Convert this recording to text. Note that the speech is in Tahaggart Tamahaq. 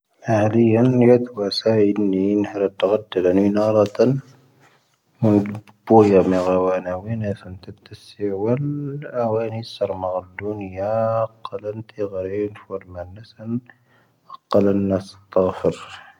ʻāⵍⵉʻⴰⵏ ʻⵉⵢⴰⴷ ⵡⴰ ʻⴰʻⵉ'ⵉ ʻⵉⵏ'ⵉ ʻⵉⵏ'ⵉ ʻⵉⵏ'ⵉ ʻⵉ'ⵔⴰⵜ ʻⴰⴷʻⵉ ʻⴰⵏ'ⵉ ʻⵉⵏ'ⵉ ʻⴰⵏ'ⵉ ʻⴰⵔʻⴰⵜⴰⵍ. ʻⴰⵡⵉⵢⴰⵎ ʻⴰⵡʻⴰⵏⴰⵡⵉⵏⴰ ʻⴰⵏ'ⵉ ʻⴰⵏⵜⴰⵜ ʻⵙⵉʻⴰⵡⴻⵍ. ʻⴰⵡⴰⵉⵏⵉ ʻⵙⴰⵔⵎ'ⴰ ʻⵍʻⵓⵏⵉⴰ ʻⵇⴰⵍⴰⵏⵜ ʻⵉ'ⴳⴰⵔⴻⵉⵏ ʻⴼⴰⵔⵎⴰⵏ ⵏʻⴰⵙⴰⵏ. ʻⴰⵇⴰⵍⴰⵏⴰ ʻⵙⵜāⴼⵉⵔ.